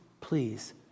please